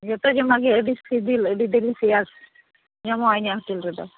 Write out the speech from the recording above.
ᱡᱚᱛᱚ ᱡᱚᱢᱟᱜ ᱜᱮ ᱟᱹᱰᱤ ᱥᱤᱵᱤᱞ ᱟᱹᱰᱤ ᱫᱟᱨᱤᱱ ᱥᱮᱭᱟᱥ ᱧᱟᱢᱚᱜᱼᱟ ᱤᱧᱟᱹᱜ ᱦᱳᱴᱮᱞ ᱨᱮᱫᱚ